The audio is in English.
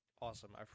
awesome